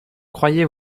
croyais